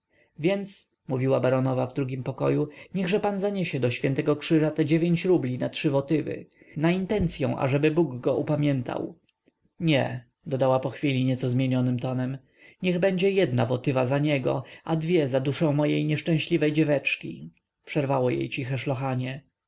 więc mówiła baronowa w drugim pokoju niechże pan zaniesie do ś krzyża te dziewięć rubli na trzy wotywy na intencyą ażeby bóg go upamiętał nie dodała pochwili nieco zmienionym głosem niech będzie jedna wotywa za niego a dwie za duszę mojej nieszczęśliwej dzieweczki przerwało jej ciche